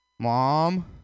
Mom